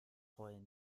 heulen